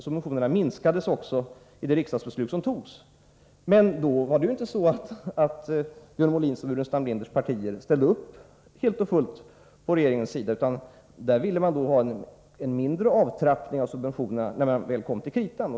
Det gjordes också i det riksdagsbeslut som togs, men Björn Molins och Staffan Burenstam Linders partier ställde inte helt och fullt upp på regeringens sida. När det kom till kritan ville de ha en mindre avtrappning av subventionerna.